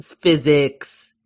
physics